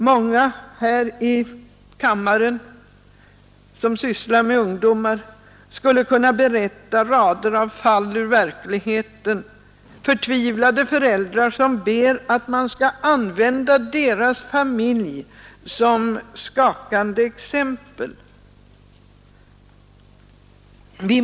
Många här i kammaren som sysslar med ungdomar skulle kunna redovisa rader av fall ur verkligheten — förtvivlade föräldrar som ber att man skall använda deras familj som skakande exempel.